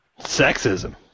Sexism